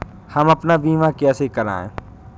हम अपना बीमा कैसे कराए?